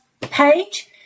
page